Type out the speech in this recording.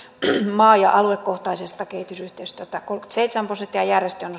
maa ja aluekohtaisesta kehitysyhteistyöstä kolmekymmentäseitsemän prosenttia ja järjestöjen